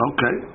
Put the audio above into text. Okay